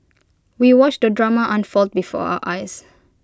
we watched the drama unfold before our eyes